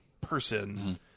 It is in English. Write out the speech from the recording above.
person